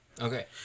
Okay